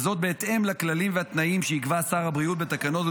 וזאת בהתאם לכללים ולתנאים שיקבע שר הבריאות בתקנות,